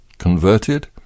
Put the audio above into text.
Converted